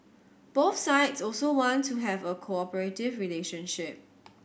both sides also want to have a cooperative relationship